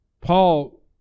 Paul